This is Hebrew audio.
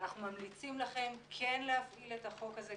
אנחנו ממליצים לכם כן להפעיל את החוק הזה,